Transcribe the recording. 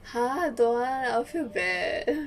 !huh! don't want I'll feel bad